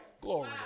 Glory